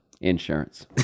Insurance